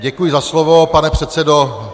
Děkuji za slovo, pane předsedo.